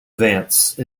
advance